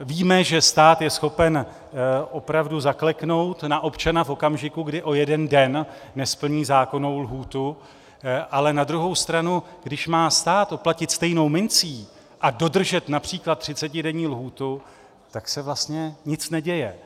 Víme, že stát je schopen opravdu zakleknout na občana v okamžiku, kdy o jeden den nesplní zákonnou lhůtu, ale na druhou stranu když má stát oplatit stejnou mincí a dodržet například 30denní lhůtu, tak se vlastně nic neděje.